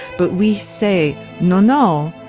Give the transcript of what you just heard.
but we say, no, no,